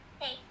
hey